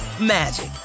magic